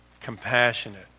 compassionate